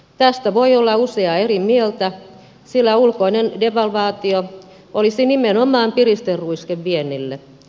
tästä voi olla useaa eri mieltä sillä ulkoinen devalvaatio olisi nimenomaan piristeruiske viennille